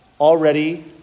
already